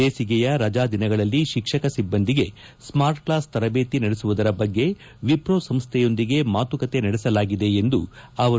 ಬೇಸಿಗೆಯ ರಜಾ ದಿನಗಳಲ್ಲಿ ಶಿಕ್ಷಕ ಸಿಬ್ದಂದಿಗೆ ಸ್ಮಾರ್ಟ್ ಕ್ಲಾಸ್ ತರಬೇತಿ ನಡೆಸುವುದರ ಬಗ್ಗೆ ವಿಪ್ರೋ ಸಂಸ್ಥೆಯೊಂದಿಗೆ ಮಾತುಕತೆ ನಡೆಸಲಾಗಿದೆ ಎಂದರು